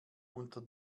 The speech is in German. unter